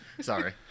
Sorry